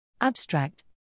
Abstract